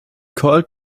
called